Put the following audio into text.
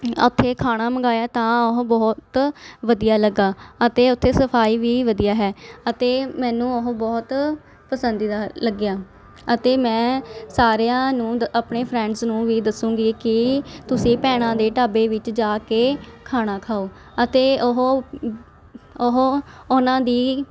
ਉੱਥੇ ਖਾਣਾ ਮੰਗਵਾਇਆ ਤਾਂ ਉਹ ਬਹੁਤ ਵਧੀਆ ਲੱਗਾ ਅਤੇ ਉੱਥੇ ਸਫ਼ਾਈ ਵੀ ਵਧੀਆ ਹੈ ਅਤੇ ਮੈਨੂੰ ਉਹ ਬਹੁਤ ਪਸੰਦੀਦਾ ਹ ਲੱਗਿਆ ਅਤੇ ਮੈਂ ਸਾਰਿਆਂ ਨੂੰ ਦ ਆਪਣੇ ਫਰੈਂਡਸ ਨੂੰ ਵੀ ਦੱਸਾਂਗੀ ਕਿ ਤੁਸੀਂ ਭੈਣਾਂ ਦੇ ਢਾਬੇ ਵਿੱਚ ਜਾ ਕੇ ਖਾਣਾ ਖਾਉ ਅਤੇ ਉਹ ਉਹ ਉਹਨਾਂ ਦੀ